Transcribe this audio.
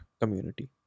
community